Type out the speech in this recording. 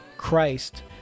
christ